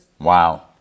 Wow